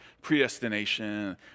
predestination